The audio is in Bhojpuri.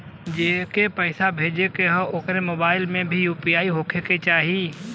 जेके पैसा भेजे के ह ओकरे मोबाइल मे भी यू.पी.आई होखे के चाही?